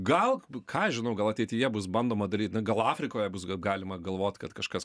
gal ką aš žinau gal ateityje bus bandoma daryt na gal afrikoje bus galima galvot kad kažkas